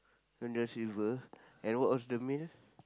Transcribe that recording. Long-John-Silver and what was the meal